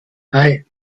hei